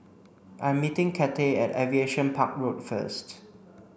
I'm meeting Cathey at Aviation Park Road first